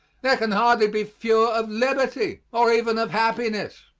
there can hardly be fewer of liberty, or even of happiness.